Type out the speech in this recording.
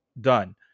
done